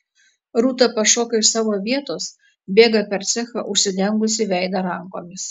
rūta pašoka iš savo vietos bėga per cechą užsidengusi veidą rankomis